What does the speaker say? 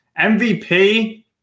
MVP